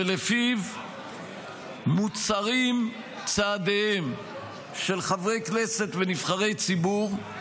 שבו מוצרים צעדיהם של חברי כנסת ונבחרי ציבור,